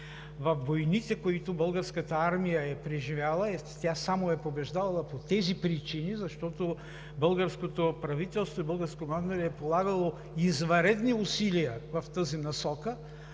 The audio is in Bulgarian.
Във войните, които българската армия е преживяла, тя само е побеждавала по тези причини, защото българското правителство и българското командване е полагало извънредни усилия в тази насока.